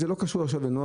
זה לא קשור לנעה